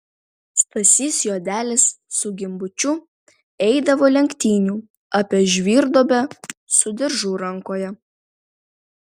stasys juodelis su gimbučiu eidavo lenktynių apie žvyrduobę su diržu rankoje